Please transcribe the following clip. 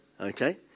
Okay